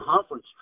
conference